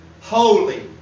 Holy